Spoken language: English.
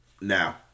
Now